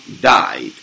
died